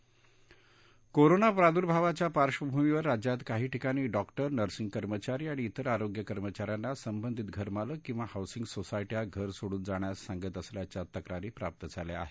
इशारा औ सनील कोरोना प्रादुर्भावाच्या पार्श्वभूमीवर राज्यात काही ठिकाणी डॉक्टर नर्सिंग कर्मचारी आणि इतर आरोग्य कर्मचाऱ्यांना संबंधित घरमालक किंवा हाऊसिंग सोसायट्या घर सोडून जाण्यास सांगत असल्याच्या तक्रारी प्राप्त झाल्या आहेत